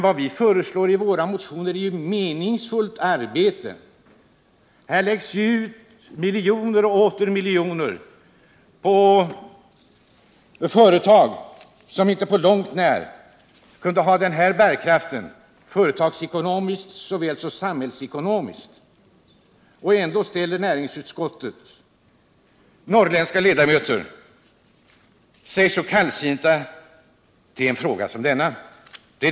Vad vi föreslår i våra motioner är ju meningsfullt arbete. Här läggs det ut miljoner och åter miljoner på företag som inte på långt när har den här bärkraften företagsekonomiskt och samhällsekonomiskt, men ändå ställer näringsutskottets norrländska ledamöter sig kallsinniga till en fråga som denna.